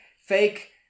Fake